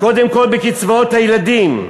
קודם כול בקצבאות הילדים,